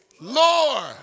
Lord